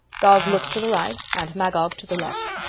gog looks to the right and magog to the left.